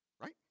Right